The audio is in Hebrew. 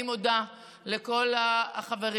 אני מודה לכל החברים.